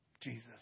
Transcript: Jesus